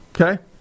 Okay